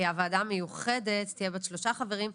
הוועדה המיוחדת תהיה בת שלושה חברים,